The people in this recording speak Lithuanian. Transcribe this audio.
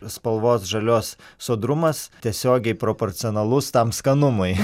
spalvos žalios sodrumas tiesiogiai proporcionalus tam skanumui